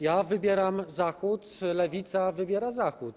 Ja wybieram zachód, Lewica wybiera zachód.